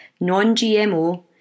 non-GMO